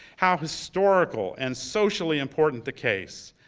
how historical and socially important the case,